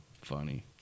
Funny